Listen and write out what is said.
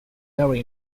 very